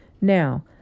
Now